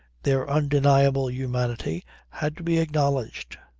their undeniable humanity had to be acknowledged.